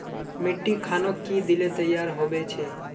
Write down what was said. मिट्टी खानोक की दिले तैयार होबे छै?